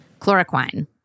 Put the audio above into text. Chloroquine